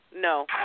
no